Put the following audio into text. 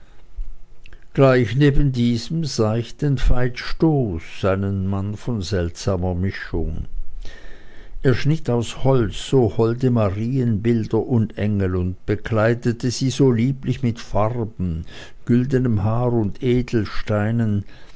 gleich neben diesem sah ich den veit stoß einen mann von seltsamster mischung er schnitt aus holz so holde marienbilder und engel und bekleidete sie so lieblich mit farben güldenem haar und edelsteinen